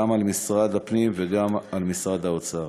גם על משרד הפנים וגם על משרד האוצר.